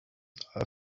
are